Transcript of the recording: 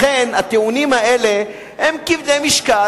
לכן הטיעונים האלה הם כבדי משקל,